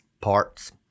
parts